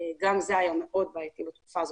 גם זה היה מאוד בעייתי בתקופה הזאת.